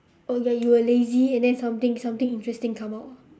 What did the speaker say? oh ya you were lazy and then something something interesting come out